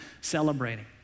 celebrating